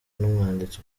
n’umwanditsi